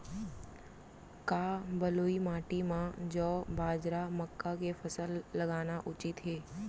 का बलुई माटी म जौ, बाजरा, मक्का के फसल लगाना उचित हे?